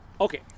Okay